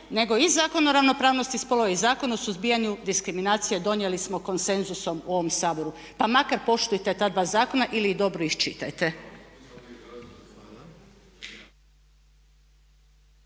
nego i Zakon o ravnopravnosti spolova i Zakon o suzbijanju diskriminacije donijeli smo konsenzusom u ovom Saboru. Pa makar poštujte ta dva zakona ili ih dobro iščitajte.